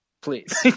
please